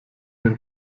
den